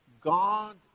God